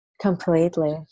Completely